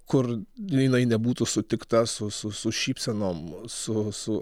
kur jinai nebūtų sutikta su su su šypsenom su su